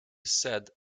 said